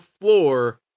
floor